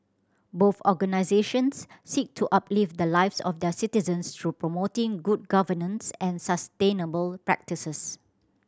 both organisations seek to uplift the lives of their citizens through promoting good governance and sustainable practices